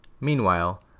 Meanwhile